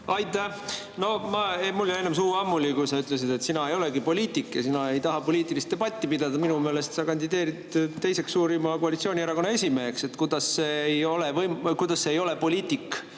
Aitäh! No mul jäi enne suu ammuli, kui sa ütlesid, et sina ei olegi poliitik ja sina ei taha poliitilist debatti pidada. Minu meelest sa kandideerid teise suurima koalitsioonierakonna esimeheks. Kuidas see ei ole poliitik